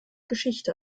geschichte